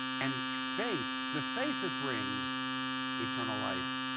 and faith, the faith that brings eternal life,